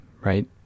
right